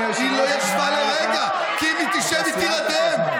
היא לא ישבה לרגע כי אם היא תשב, היא תירדם.